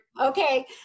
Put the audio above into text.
Okay